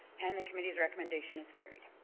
and the committee's recommendation is carried